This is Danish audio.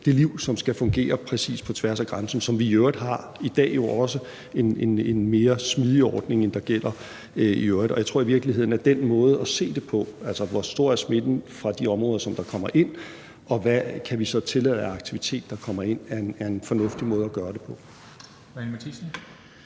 det liv, som skal fungere præcis på tværs af grænsen, som vi jo i øvrigt også har det i dag, altså en endnu mere smidig ordning, end der gælder i øvrigt, og jeg tror i virkeligheden, at den måde med at se på, hvor stor smitten er i de områder, hvorfra nogen kommer ind, og hvad vi så kan tillade af aktivitet der kommer ind, er en fornuftig måde at gøre det på.